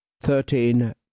thirteen